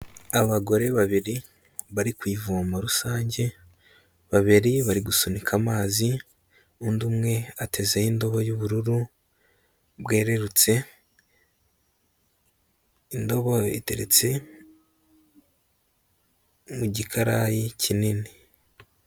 Abagore babiri bari ku ivoma rusange, babiri bari gusunika amazi, undi umwe atezeho indobo y'ububururu bwerurutse, indobo iteretse mu gikarayi kinini.